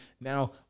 now